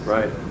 Right